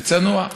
זה צנוע.